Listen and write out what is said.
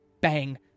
Bang